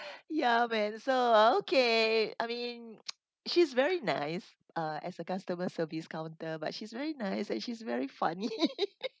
ya man so okay I mean she's very nice uh as a customer service counter but she's very nice like she's very funny